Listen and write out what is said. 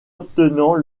obtenant